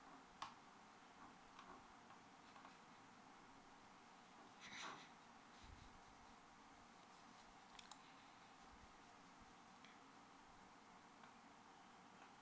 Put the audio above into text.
okay